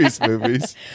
movies